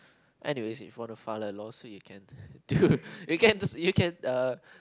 anyways if you want to file a lawsuit you can dude you can err